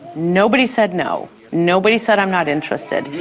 nobody said no. nobody said i'm not interested.